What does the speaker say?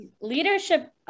leadership